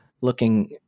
looking